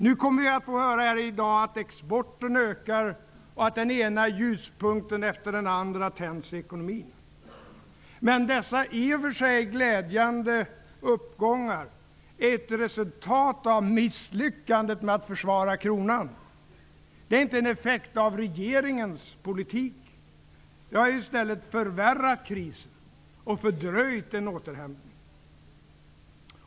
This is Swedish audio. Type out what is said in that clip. Nu kommer vi att få höra här i dag att exporten ökar och att den ena ljuspunkten efter den andra tänds i ekonomin. Men dessa i och för sig glädjande uppgångar är ett resultat av misslyckandet med att försvara kronan. Det är inte en effekt av regeringens politik. Den har ju i stället förvärrat krisen och fördröjt en återhämtning.